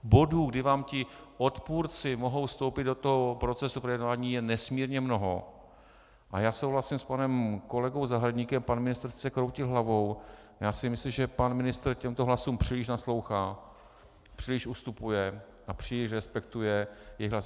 Bodů, kdy vám odpůrci mohou vstoupit do procesu projednávání, je nesmírně mnoho, a já souhlasím s panem kolegou Zahradníkem pan ministr sice kroutí hlavou, ale já si myslím, že pan ministr těmto hlasům příliš naslouchá a příliš ustupuje a příliš respektuje jejich hlas.